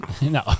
No